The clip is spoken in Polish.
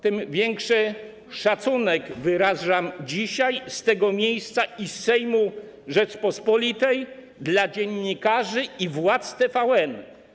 Tym większy szacunek wyrażam dzisiaj, z tego miejsca, z Sejmu Rzeczypospolitej wobec dziennikarzy i władz TVN.